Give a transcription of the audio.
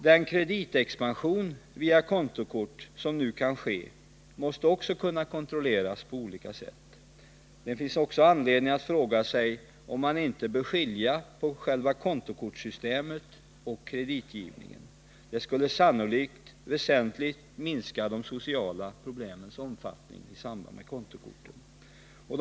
Den kreditexpansion via kontokort som nu kan ske måste också kunna kontrolleras på olika sätt. Det finns också anledning att fråga sig om man inte bör skilja på själva kontokortssystemet och kreditgivningen. Det skulle sannolikt väsentligt minska de sociala problemens omfattning i samband med kontokorten.